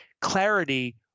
clarity